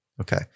Okay